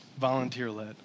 volunteer-led